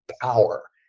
power